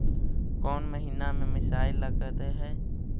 कौन महीना में मिसाइल लगते हैं?